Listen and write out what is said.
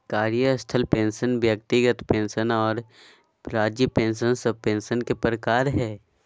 कार्यस्थल पेंशन व्यक्तिगत पेंशन आर राज्य पेंशन सब पेंशन के प्रकार हय